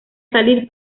salir